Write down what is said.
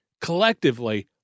collectively